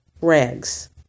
rags